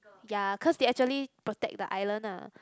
ya cause they actually protect the island ah